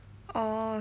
orh